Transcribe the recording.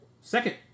Second